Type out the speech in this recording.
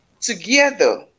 together